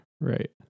Right